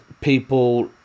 people